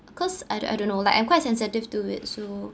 cause I don't I don't know like I'm quite sensitive to it so